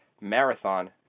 Marathon